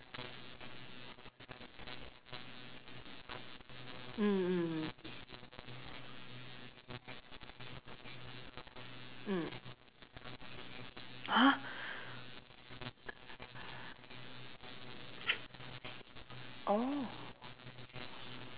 mm mm mm mm !huh! oh